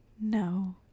No